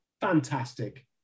fantastic